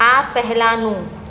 આ પહેલાનું